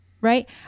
right